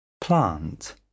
plant